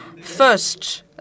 First